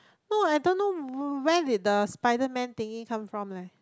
no I don't know when did the Spiderman thingy come from eh